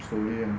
slowly ah